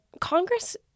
Congress